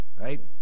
Right